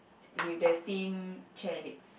with the same chair legs